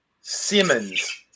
Simmons